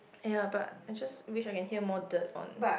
ya but which I can hear more dirt on